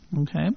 okay